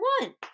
one